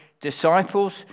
disciples